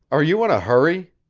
are you in a hurry?